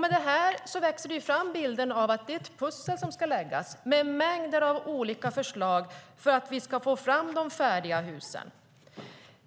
Med det här växer bilden fram av att det är ett pussel som ska läggas med mängder av olika förslag för att vi ska få fram de färdiga husen.